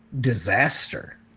disaster